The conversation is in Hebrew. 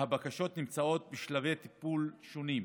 והבקשות נמצאות בשלבי טיפול שונים.